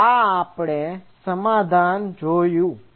તો આ આપણે સમાધાન જોયું